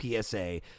PSA